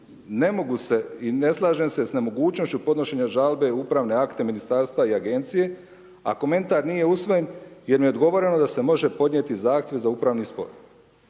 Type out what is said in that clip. ne mogu se i ne slažem se sa nemogućnošću podnošenja žalbe u uprave akte ministarstva i agencije a komentar nije usvojen jer mi je odgovoreno da se može podnijeti zahtjev za upravni spor,